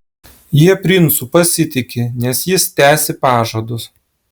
jie princu pasitiki nes jis tesi pažadus